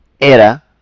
era